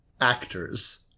actors